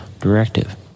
directive